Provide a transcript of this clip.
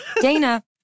Dana